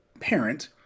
parent